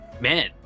Man